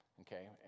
Okay